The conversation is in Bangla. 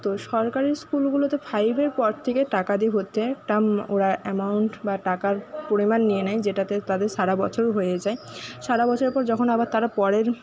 তো সরকারি স্কুলগুলোতে ফাইভের পর থেকে টাকা দিয়ে ভর্তি হয় ওরা অ্যামাউন্ট বা টাকার পরিমাণ নিয়ে নেয় যেটাতে তাদের সারা বছর হয়ে যায় সারা বছর পর যখন আবার তারা পরের